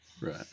Right